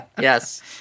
yes